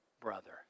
brother